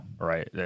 right